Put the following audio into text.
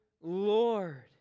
Lord